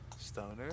Stoner